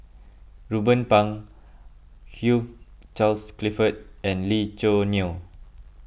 Ruben Pang Hugh Charles Clifford and Lee Choo Neo